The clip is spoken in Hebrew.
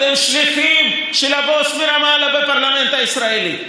אתם שליחים של הבוס מרמאללה בפרלמנט הישראלי,